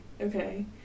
okay